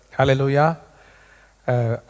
Hallelujah